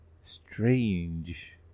strange